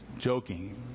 joking